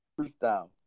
Freestyle